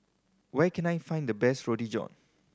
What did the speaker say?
where can I find the best Roti John